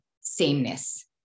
sameness